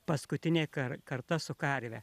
paskutinė kar karta su karve